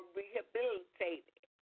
rehabilitated